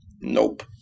Nope